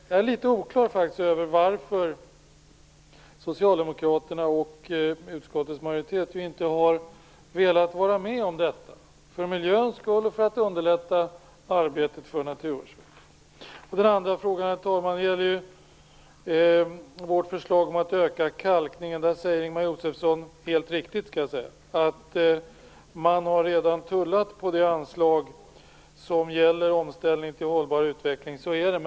Jag är faktiskt litet oklar över varför Socialdemokraterna och utskottets majoritet inte har velat vara med om detta - för miljöns skull och för att underlätta arbetet för Naturvårdsverket. Den andra frågan, herr talman, gäller vårt förslag om att öka kalkningen. Ingemar Josefsson säger där - helt riktigt, skall sägas - att man redan har tullat på det anslag som gäller omställning till hållbar utveckling. Så är det.